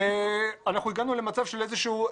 אנחנו הגענו למצב של איזה שהוא,